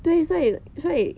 对所以所以